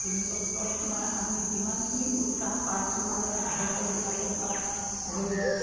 তিনি বছৰত মই আজি যিমানখিনি উৎসাহ পাইছোঁ মানে গ্ৰাহকৰবিলাকৰপৰা ধৰি লওক